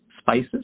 spices